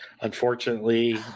unfortunately